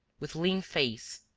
with lean face,